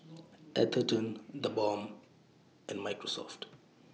Atherton TheBalm and Microsoft